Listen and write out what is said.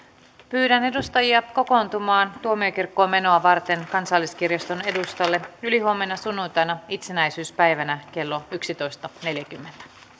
pyydän edustajia kokoontumaan tuomiokirkkoon menoa varten kansalliskirjaston edustalle ylihuomenna sunnuntaina itsenäisyyspäivänä kello yksitoista neljäkymmentä